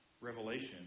Revelation